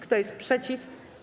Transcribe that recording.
Kto jest przeciw?